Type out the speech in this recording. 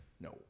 No